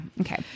Okay